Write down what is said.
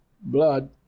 blood